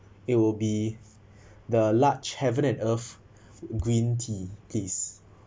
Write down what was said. it will be the large heaven and earth green tea please